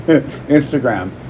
Instagram